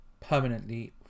permanently